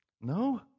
No